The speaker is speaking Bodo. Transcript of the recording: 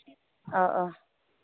औ औ